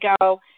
go